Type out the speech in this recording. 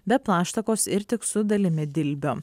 be plaštakos ir tik su dalimi dilbio